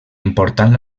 important